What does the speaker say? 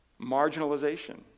marginalization